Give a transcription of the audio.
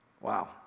Wow